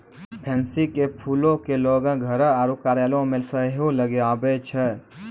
pansy के फूलो के लोगें घर आरु कार्यालय मे सेहो लगाबै छै